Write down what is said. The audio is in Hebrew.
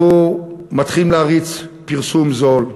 אנחנו מתחילים להריץ פרסום זול,